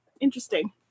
Interesting